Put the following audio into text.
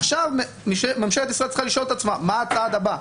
עכשיו ממשלת ישראל צריכה לשאול את עצמה מה הצעד הבא,